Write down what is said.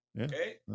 Okay